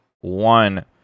one